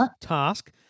task